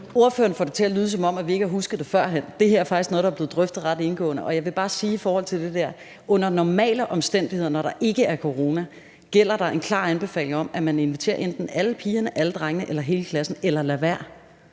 Ordføreren får det til at lyde, som om vi ikke har husket det førhen. Det her er faktisk noget, der er blevet drøftet ret indgående. Jeg vil bare sige i forhold til det, at der under normale omstændigheder, når der ikke er corona, gælder en klar anbefaling om, at man inviterer enten alle pigerne, alle drengene eller hele klassen eller lader være.